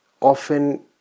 often